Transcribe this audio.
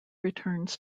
returns